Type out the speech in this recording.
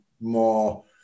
more